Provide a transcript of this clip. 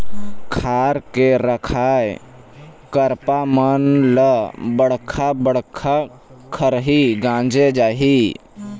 खार के रखाए करपा मन ल बड़का बड़का खरही गांजे जाही